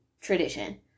tradition